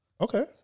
Okay